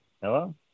Hello